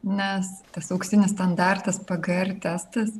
nes tas auksinis standartas pger testas